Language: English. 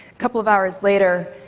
couple of hours later,